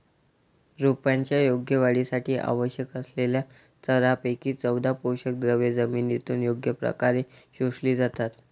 रोपांच्या योग्य वाढीसाठी आवश्यक असलेल्या सतरापैकी चौदा पोषकद्रव्ये जमिनीतून योग्य प्रकारे शोषली जातात